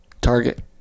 target